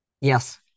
Yes